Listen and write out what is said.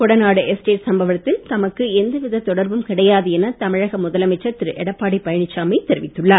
Kodanad estate சம்பவங்களில் தமக்கு எந்தவித தொடர்பும் கிடையாது என தமிழக முதலமைச்சர் திரு எடப்பாடி பழனிச்சாமி தெரிவித்துள்ளார்